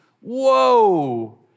Whoa